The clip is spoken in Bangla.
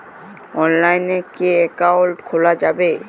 অনলাইনে কি অ্যাকাউন্ট খোলা যাবে?